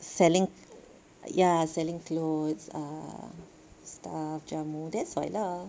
selling ya selling clothes uh stuff jamu that's why lah